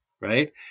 right